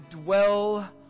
dwell